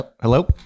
Hello